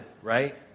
right